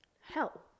hell